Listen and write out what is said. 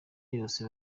yose